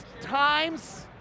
times